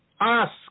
Ask